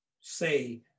say